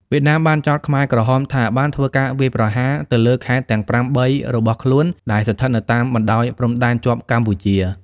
វៀតណាមបានចោទខ្មែរក្រហមថាបានធ្វើការវាយប្រហារទៅលើខេត្តទាំងប្រាំបីរបស់ខ្លួនដែលស្ថិតនៅតាមបណ្តោយព្រំដែនជាប់កម្ពុជា។